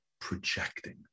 Projecting